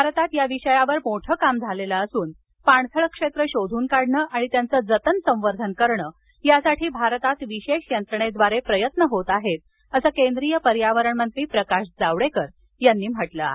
भारतात या विषयावर मोठं काम झालेलं असून पाणथळ क्षेत्र शोधून काढणं आणि त्यांचं जतन संवर्धन करणं यासाठी भारतात विशेष यंत्रणेद्वारे प्रयत्न होत आहेत असं केंद्रीय पर्यावरणमंत्री प्रकाश जावडेकर यांनी म्हटलं आहे